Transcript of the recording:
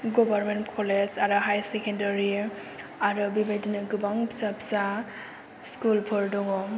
government college आरो higher secondary आरो बेबायदिनो गोबां फिसा फिसा स्कुलफोर दङ